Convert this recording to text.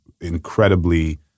incredibly